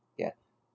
ya